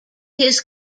his